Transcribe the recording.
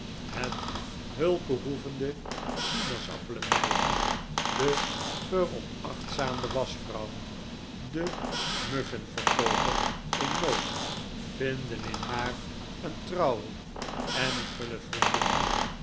het hulpbehoevende sinaasappelenmeisje de veronachtzaamde waschvrouw de mwn verkooper in nood vinden in haar een trouwe en guile vriendin